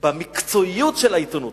במקצועיות של העיתונות,